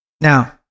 Now